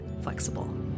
flexible